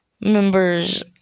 members